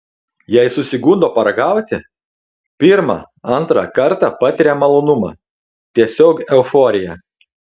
jei susigundo paragauti pirmą antrą kartą patiria malonumą tiesiog euforiją